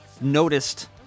noticed